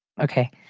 Okay